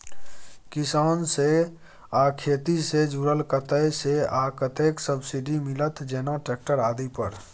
किसान से आ खेती से जुरल कतय से आ कतेक सबसिडी मिलत, जेना ट्रैक्टर आदि पर?